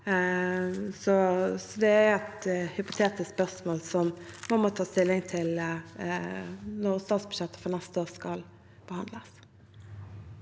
så det er et hypotetisk spørsmål som man må ta stilling til når statsbudsjettet for neste år skal behandles.